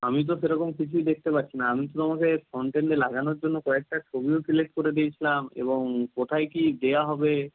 আমি তো সেরকম কিছুই দেখতে পাচ্ছি না আমি তোমাকে ফ্রন্ট এন্ডে লাগানোর জন্য কয়েকটা ছবিও সিলেক্ট করে দিয়েছিলাম এবং কোথায় কী দেওয়া হবে